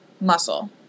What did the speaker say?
muscle